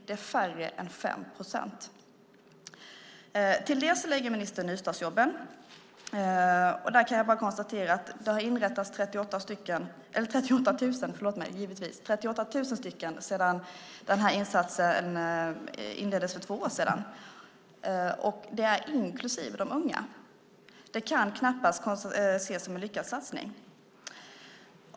Det är färre än 5 procent. Till detta lägger ministern nystartsjobben, och där kan jag bara konstatera att det har inrättats 38 000 sådana sedan insatsen inleddes för två år sedan; den siffran gäller inklusive de unga. Det kan knappast ses som en lyckad satsning.